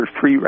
free